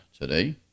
today